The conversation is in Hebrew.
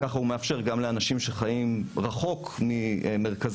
כך הוא מאפשר גם לאנשים שחיים רחוק ממרכזים